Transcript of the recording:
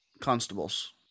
Constables